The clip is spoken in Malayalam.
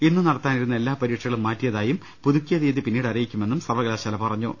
ഇന്ന് നടത്താനിരുന്ന എല്ലാ പരീക്ഷകളും മാറ്റിയതായും പുതുക്കിയ തിയ്യതി പിന്നീട് അറിയിക്കുമെന്നും സർവകലാശാല അറിയിച്ചു